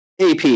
AP